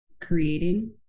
creating